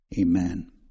Amen